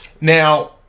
Now